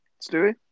Stewie